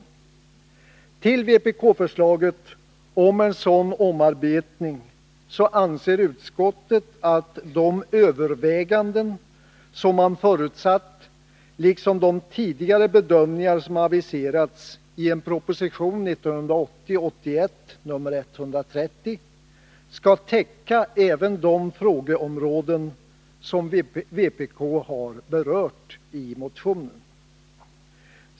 När det gäller vpk-förslaget om en sådan omarbetning anser utskottet att de överväganden som man förutsatt liksom de bedömningar som aviserats i en proposition, 1980/81:130, skall täcka även de frågeområden som vpk berört i motionen.